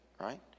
right